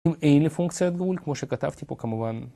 אם אין לי פונקציית גרול כמו שכתבתי פה כמובן